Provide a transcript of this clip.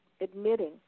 admitting